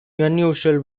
unusual